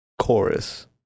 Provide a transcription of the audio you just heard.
Chorus